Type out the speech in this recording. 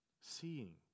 seeing